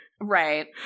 Right